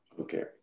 Okay